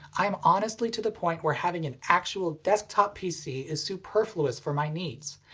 i'm honestly to the point where having an actual desktop pc is superfluous for my needs.